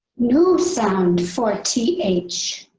new sound for t h.